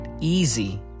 easy